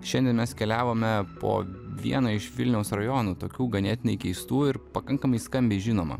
šiandien mes keliavome po vieną iš vilniaus rajonų tokių ganėtinai keistų ir pakankamai skambiai žinomą